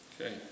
Okay